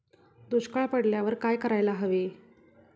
दुष्काळ पडल्यावर काय करायला हवे?